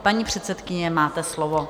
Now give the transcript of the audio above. Paní předsedkyně, máte slovo.